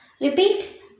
repeat